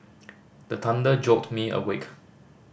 the thunder jolt me awake